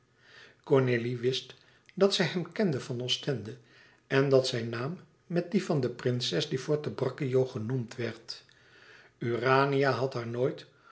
cornélie wist dat zij hem kende van ostende en dat zijn naam met die van de prinses di forte braccio genoemd werd urania had haar nooit